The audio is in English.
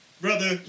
brother